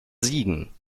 siegen